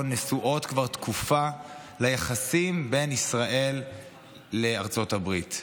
נשואות כבר תקופה ליחסים בין ישראל לארצות הברית.